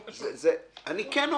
כן.